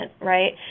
right